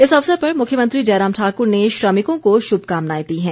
इस अवसर पर मुख्यमंत्री जयराम ठाकुर ने श्रमिकों को शुभकामनाएं दी हैं